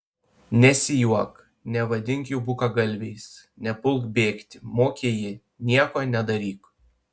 nesijuok nevadink jų bukagalviais nepulk bėgti mokė ji nieko nedaryk